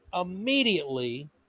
Immediately